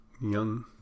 young